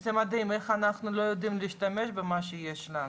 זה מדהים איך אנחנו לא יודעים להשתמש במה שיש לנו.